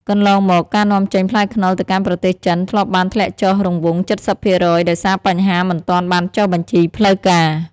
កន្លងមក ការនាំចេញផ្លែខ្នុរទៅកាន់ប្រទេសចិនធ្លាប់បានធ្លាក់ចុះរង្វង់ ៧០% ដោយសារបញ្ហាមិនទាន់បានចុះបញ្ជីផ្លូវការ។